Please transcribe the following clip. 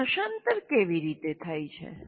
તેનું ભાષાંતર કેવી રીતે થાય છે